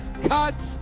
cuts